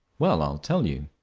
well, i will tell you.